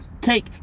take